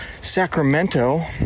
Sacramento